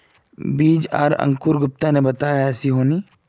बीज आर अंकूर गुप्ता ने बताया ऐसी होनी?